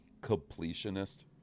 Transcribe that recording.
completionist